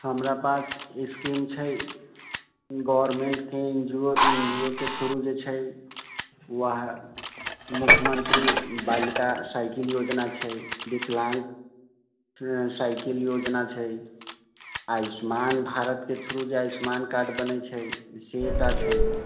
हमरा पास स्कीम छै गवर्नमेन्टके N G O N G O के थ्रू छै वह मुख्यमन्त्री बालिका साइकिल योजना छै विकलाङ्ग साइकिल योजना छै आयुष्मान भारतके थ्रू जे आयुष्मान कार्ड बनै छै से एकटा छै